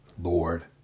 Lord